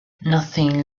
nothing